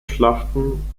schlachten